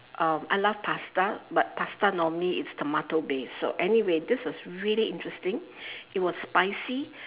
um I love pasta but pasta normally it's tomato based so anyway this was really interesting it was spicy